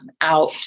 out